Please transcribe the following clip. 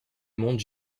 monde